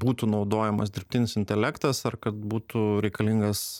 būtų naudojamas dirbtinis intelektas ar kad būtų reikalingas